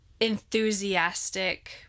enthusiastic